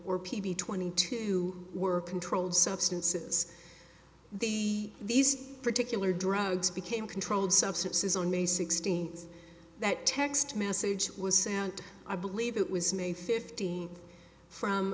or p b twenty two were controlled substances the these particular drugs became controlled substances on may sixteenth that text message was sent i believe it was may fifteenth from